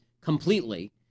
completely